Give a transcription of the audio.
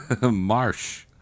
Marsh